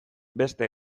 beste